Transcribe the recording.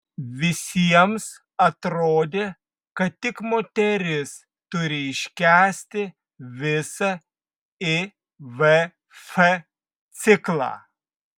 visiems atrodė kad tik moteris turi iškęsti visą ivf ciklą